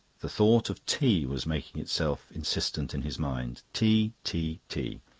the thought of tea was making itself insistent in his mind. tea, tea, tea.